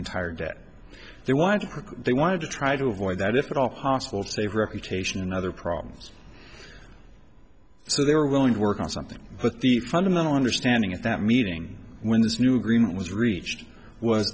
entire debt they wanted they wanted to try to avoid that if at all possible to save reputation and other problems so they were willing to work on something but the fundamental understanding at that meeting when this new agreement was reached was